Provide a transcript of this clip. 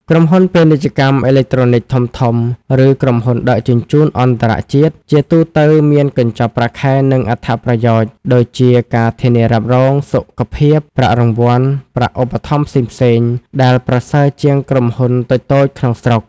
ក្រុមហ៊ុន ពាណិជ្ជកម្មអេឡិចត្រូនិក ធំៗ ឬក្រុមហ៊ុនដឹកជញ្ជូនអន្តរជាតិ ជាទូទៅមានកញ្ចប់ប្រាក់ខែ និងអត្ថប្រយោជន៍ (ដូចជា ការធានារ៉ាប់រង សុខភាព ប្រាក់រង្វាន់ ប្រាក់ឧបត្ថម្ភផ្សេងៗ) ដែលប្រសើរជាងក្រុមហ៊ុនតូចៗក្នុងស្រុក។